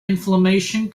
inflammation